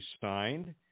signed